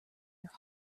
your